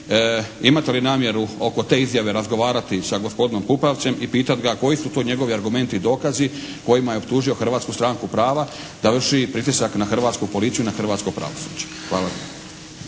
imate li namjeru oko te izjave razgovarati s gospodinom Pupovcem i pitati ga koji su to njegovi argumenti i dokazi kojima je optužio Hrvatsku stranku prava da vrši pritisak na hrvatsku policiju i na hrvatsko pravosuđe? Hvala.